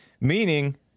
Meaning